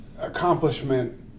accomplishment